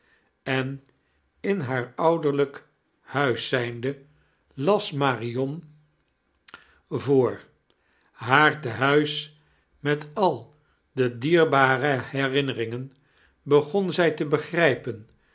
en in haar ouderlijk huis zijnde las marion voor haar tenuis met al de diearbiare herinneringen begoo zij te begrijpen